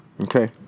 Okay